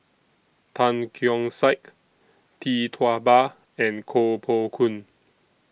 Tan Keong Saik Tee Tua Ba and Koh Poh Koon